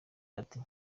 ati